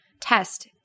test